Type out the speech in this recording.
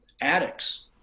addicts